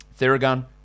theragun